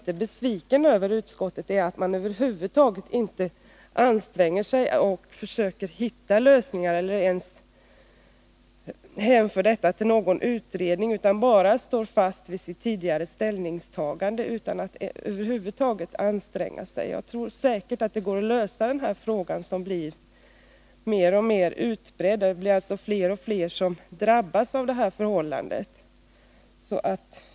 Vad jag är besviken över är att utskottet över huvud taget inte anstränger sig för att försöka hitta lösningar eller ens hänföra frågan till en utredning utan bara står fast vid sitt tidigare ställningstagande. Jag tror alltså att det säkert går att lösa den här frågan. Sådana här förhållanden blir mer och mer utbredda, och fler och fler drabbas av dessa regler.